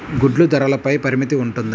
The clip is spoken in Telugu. గుడ్లు ధరల పై పరిమితి ఉంటుందా?